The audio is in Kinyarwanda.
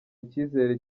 icyizere